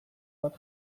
bat